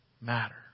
matter